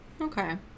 Okay